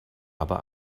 aber